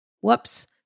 Whoops